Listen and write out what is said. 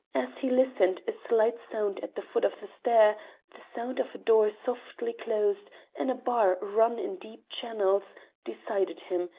as he listened a slight sound at the foot of the stair the sound of a door softly closed and a bar run in deep channels decided him,